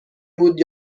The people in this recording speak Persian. بود